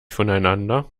voneinander